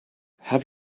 have